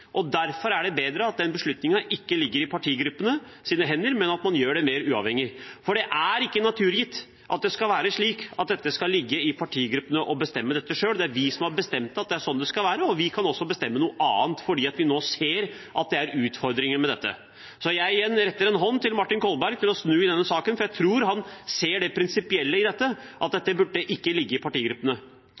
Derfor er det bedre at den beslutningen ikke ligger i partigruppenes hender, men at man gjør det mer uavhengig. Det er ikke naturgitt at det skal være slik at dette skal ligge i partigruppene, og at de skal bestemme dette selv. Det er vi som har bestemt at det er slik det skal være, og vi kan også bestemme noe annet fordi vi nå ser at det er utfordringer med dette. Så jeg ber Martin Kolberg om å snu i denne saken. Jeg tror han ser det prinsipielle i at dette ikke burde ligge i partigruppene.